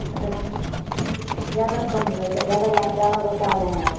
अगर हम ज़्यादा कम लग रहा ज़्यादा जा ज़्यादा बता रहे हैं आप